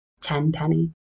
Tenpenny